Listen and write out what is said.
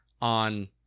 On